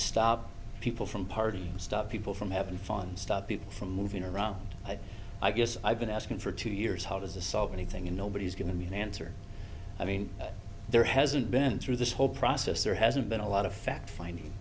stop people from party stop people from having fun stop people from moving around i guess i've been asking for two years how to solve anything and nobody's giving me an answer i mean there hasn't been through this whole process there hasn't been a lot of fact finding